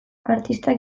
artistak